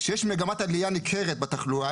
שיש מגמת עלייה ניכרת בתחלואה,